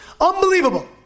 Unbelievable